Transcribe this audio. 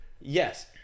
Yes